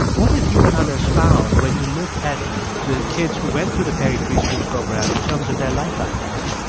what have you and others found when you look at the kids who went through the perry preschool program in terms of their life outcomes?